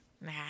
Nah